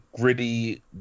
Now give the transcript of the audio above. gritty